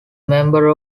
member